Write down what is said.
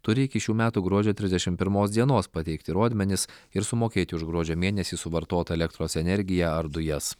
turi iki šių metų gruodžio trisdešim pirmos dienos pateikti rodmenis ir sumokėti už gruodžio mėnesį suvartotą elektros energiją ar dujas